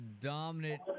dominant